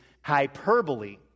hyperbole